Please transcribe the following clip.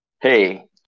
hey